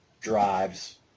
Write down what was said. drives